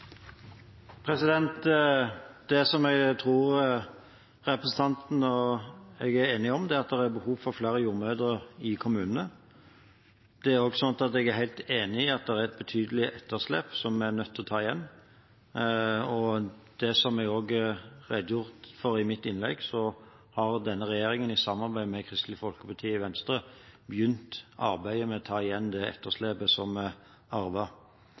Det som jeg tror representanten og jeg er enige om, er at det er behov for flere jordmødre i kommunene. Jeg er også helt enig i at det er et betydelig etterslep, som vi er nødt til å ta igjen. Som jeg redegjorde for i mitt innlegg, har denne regjeringen i samarbeid med Kristelig Folkeparti og Venstre begynt arbeidet med å ta igjen det etterslepet som